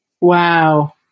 Wow